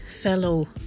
fellow